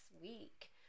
week